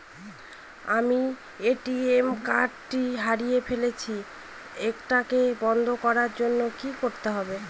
আমি ATM card টি হারিয়ে ফেলেছি এটাকে বন্ধ করার জন্য কি করতে হবে?